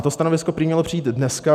To stanovisko prý mělo přijít dneska.